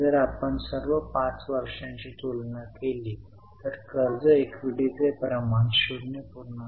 जर आपण सर्व 5 वर्षांची तुलना केली तर कर्ज इक्विटीचे प्रमाण 0